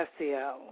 SEO